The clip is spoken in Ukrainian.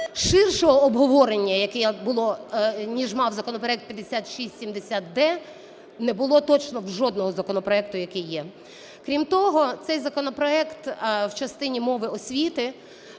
ширшого обговорення, яке було, ніж мав законопроект 5670-д, не було, точно, в жодного законопроекту, який є. Крім того, цей законопроект в частині мови освіти